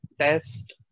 test